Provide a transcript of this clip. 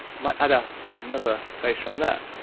um ah and another bass drum there.